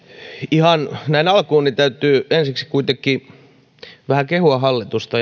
ihan näin alkuun täytyy ensiksi kuitenkin vähän kehua hallitusta